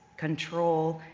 control,